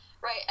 right